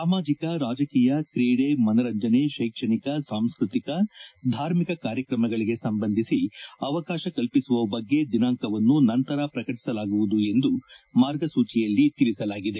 ಸಾಮಾಜಿಕ ರಾಜಕೀಯ ಕ್ರೀಡೆ ಮನರಂಜನೆ ಶೈಕ್ಷಣಿಕ ಸಾಂಸ್ಕೃತಿಕ ಧಾರ್ಮಿಕ ಕಾರ್ಯಕ್ರಮಗಳಿಗೆ ಸಂಬಂಧಿಸಿ ಅವಕಾಶ ಕಲ್ಪಿಸುವ ಬಗ್ಗೆ ದಿನಾಂಕವನ್ನು ನಂತರ ಪ್ರಕಟಿಸಲಾಗುತ್ತದೆ ಎಂದು ಮಾರ್ಗಸೂಚಿಯಲ್ಲಿ ತಿಳಿಸಲಾಗಿದೆ